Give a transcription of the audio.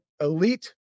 Elite